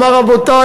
אמר: רבותי,